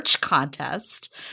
Contest